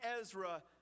Ezra